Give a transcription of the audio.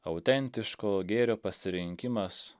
autentiško gėrio pasirinkimas